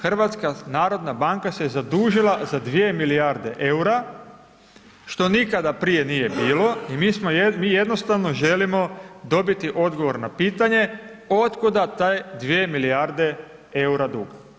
HNB se je zadužila za 2 milijarde eura, što nikada prije nije bilo i mi jednostavno želimo dobiti odgovor na pitanje, od kuda taj 2 milijarde eura dug.